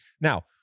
Now